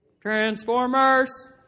transformers